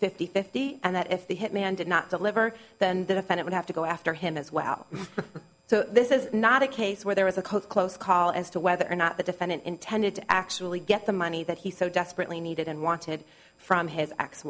fifty fifty and that if the hitman did not deliver then the defense would have to go after him as well so this is not a case where there was a close call as to whether or not the defendant intended to actually get the money that he so desperately needed and wanted from his ex